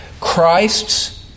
Christ's